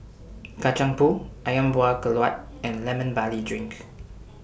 Kacang Pool Ayam Buah Keluak and Lemon Barley Drink